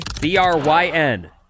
B-R-Y-N